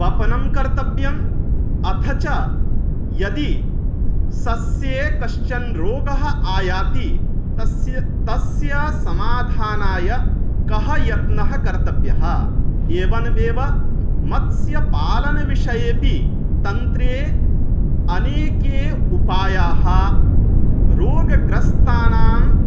वपनं कर्तव्यम् अथ च यदि सस्ये कश्चन रोगः आयाति तस्य तस्य समाधानाय कः यत्नः कर्तव्यः एवमेव मत्स्यपालनविषयेऽपि तन्त्रे अनेके उपायाः रोगग्रस्तानां